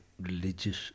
religious